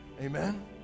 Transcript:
Amen